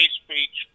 speech